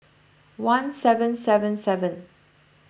one seven seven seven